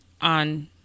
on